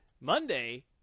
Monday